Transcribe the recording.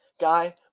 guy